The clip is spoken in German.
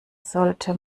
sollte